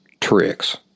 tricks